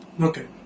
Okay